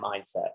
mindset